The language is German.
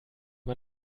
man